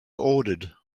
ordered